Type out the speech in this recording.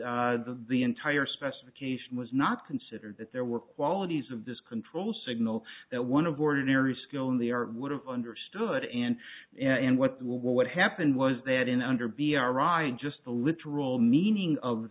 that the entire specification was not considered that there were qualities of this control signal that one of ordinary skill in the art would have understood and and what the what happened was that in under b r ryan just the literal meaning of